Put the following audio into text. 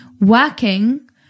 Working